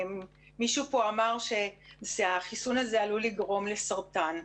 מישהו פה אמר שהחיסון הזה עלול לגרום לסרטן.